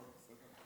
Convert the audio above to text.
מתן.